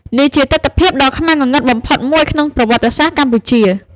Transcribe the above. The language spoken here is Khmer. នេះជាទិដ្ឋភាពដ៏ខ្មៅងងឹតបំផុតមួយក្នុងប្រវត្តិសាស្ត្រកម្ពុជា។